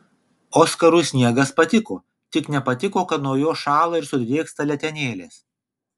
oskarui sniegas patiko tik nepatiko kad nuo jo šąla ir sudrėksta letenėlės